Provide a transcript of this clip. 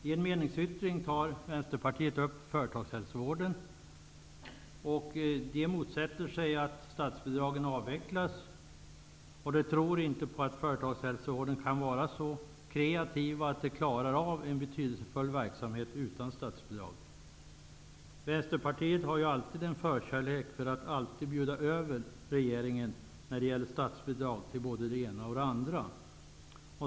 I en meningsyttring tar Vänsterpartiet upp företagshälsovården. De motsätter sig att statsbidragen avvecklas. De tror inte på att företagshälsovården kan vara så kreativ att den klarar av att bedriva en betydelsefull verksamhet utan statsbidrag. Vänsterpartiet har ju en förkärlek för att alltid bjuda över regeringen när det gäller statsbidrag till både det ena och det andra.